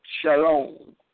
Shalom